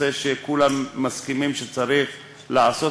נושא שכולם מסכימים לגביו שצריך לעשות